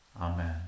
Amen